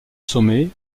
sommet